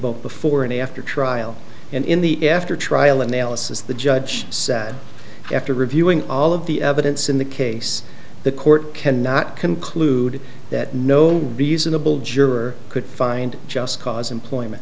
both before and after trial and in the after trial analysis the judge said after reviewing all of the evidence in the case the court cannot conclude that no reasonable juror could find just cause employment